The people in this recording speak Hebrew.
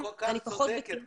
אני פחות בקיאה בזה.